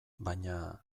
baina